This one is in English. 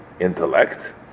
intellect